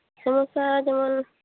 ᱥᱚᱢᱚᱥᱥᱟ ᱫᱚ